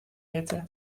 hitte